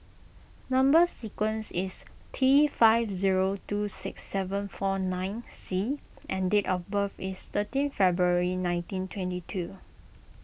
Number Sequence is T five zero two six seven four nine C and date of birth is thirteen February nineteen twenty two